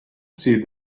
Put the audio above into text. see